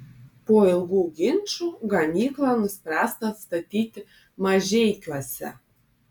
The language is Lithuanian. po ilgų ginčų gamyklą nuspręsta statyti mažeikiuose